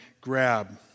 grab